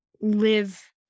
live